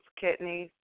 kidneys